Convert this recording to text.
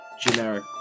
generic